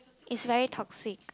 is very toxic